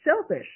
selfish